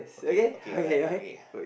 okay okay alright okay